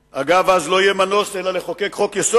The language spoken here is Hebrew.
אגב, אז לא יהיה מנוס מלחוקק חוק-יסוד,